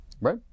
Right